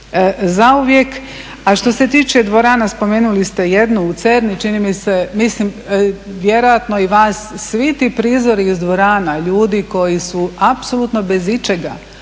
zauvijek. A što se tiče dvorana, spomenuli ste jednu u Cerni čini mi se, vjerojatno i vas svi ti prizori iz dvorana, ljudi koji su apsolutno bez ičega,